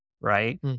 right